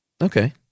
Okay